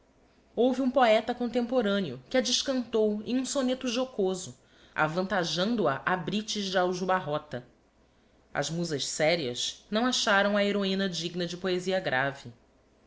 houve um poeta contemporaneo que a descantou em um soneto jocoso avantajando a á brites de aljubarrota as musas sérias não acharam a heroina digna de poesia grave